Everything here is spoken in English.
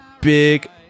Big